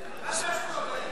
זה בשם הוועדה?